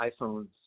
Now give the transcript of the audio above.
iPhones